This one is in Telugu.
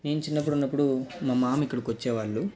నేను చిన్నప్పుడు ఉన్నప్పుడు మా మామ ఇక్కడికి వచ్చేవాళ్ళు